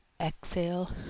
exhale